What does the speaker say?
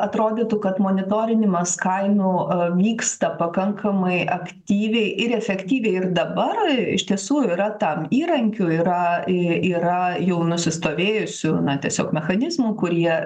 atrodytų kad monitorinimas kainų vyksta pakankamai aktyviai ir efektyviai ir dabar iš tiesų ir yra tam įrankių yra yra jau nusistovėjusių na tiesiog mechanizmų kurie